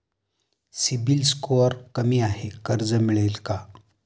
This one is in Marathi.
सिबिल स्कोअर कमी आहे कर्ज मिळेल का?